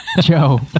Joe